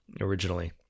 originally